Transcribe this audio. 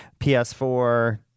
PS4